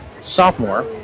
sophomore